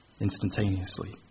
Instantaneously